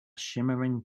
shimmering